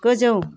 गोजौ